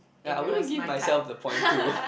ya I wouldn't give myself the points too